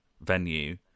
venue